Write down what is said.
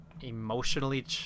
emotionally